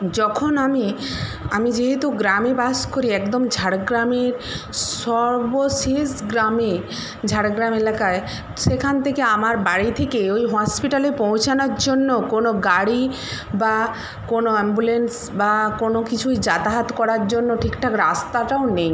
যখন আমি আমি যেহেতু গ্রামে বাস করি একদম ঝাড়গ্রামের সর্বশেষ গ্রামে ঝাড়গ্রাম এলাকায় সেখান থেকে আমার বাড়ি থেকে ওই হঁসপিটালে পৌঁছানোর জন্য কোনো গাড়ি বা কোনো অ্যাম্বুলেন্স বা কোনো কিছুই যাতায়াত করার জন্য ঠিকঠাক রাস্তাটাও নেই